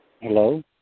Hello